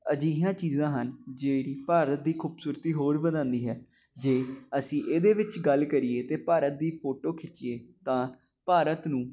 ਅਜਿਹੀਆਂ ਚੀਜ਼ਾਂ ਹਨ ਜਿਹੜੀ ਭਾਰਤ ਦੀ ਖੂਬਸੂਰਤੀ ਹੋਰ ਵਧਾਉਂਦੀ ਹੈ ਜੇ ਅਸੀਂ ਇਹਦੇ ਵਿੱਚ ਗੱਲ ਕਰੀਏ ਅਤੇ ਭਾਰਤ ਦੀ ਫੋਟੋ ਖਿੱਚੀਏ ਤਾਂ ਭਾਰਤ ਨੂੰ